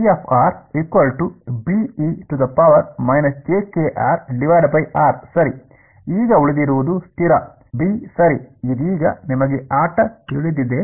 ಈಗ ಉಳಿದಿರುವುದು ಸ್ಥಿರ ಬಿ ಸರಿ ಇದೀಗ ನಿಮಗೆ ಆಟ ತಿಳಿದಿದೆ